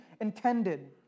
intended